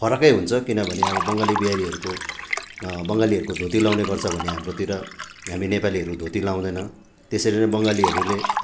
फरकै हुन्छ किनभने अब बङ्गाली बिहारीहरूको बङ्गालीहरूको धोती लगाउने गर्छ भने हाम्रोतिर हामी नेपालीहरू धोति लगाउँदैन त्यसरी नै बङ्गालीहरूले